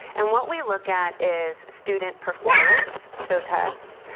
and what we look at is student performance, so tests.